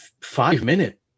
five-minute